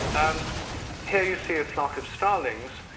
um here you see a flock of starlings.